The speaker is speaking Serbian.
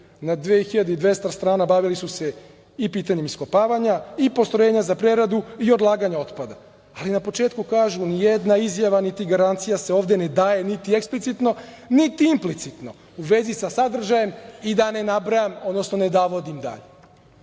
Na 2.200 strana bavili su se i pitanjem iskopavanja i postrojenja za preradu i odlaganja otpada, ali na početku kažu – nijedna izjava, niti garancija se ovde ne daje niti eksplicitno, niti implicitno u vezi sa sadržajem i da ne nabrajam, odnosno ne navodim dalje.U